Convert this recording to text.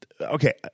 okay